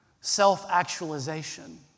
self-actualization